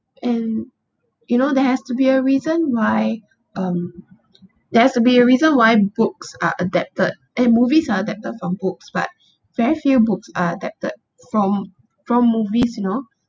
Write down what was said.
and you know there has to be a reason why um there has to be a reason why books are adapted and movies are adapted from books but very few books are adapted from from movies you know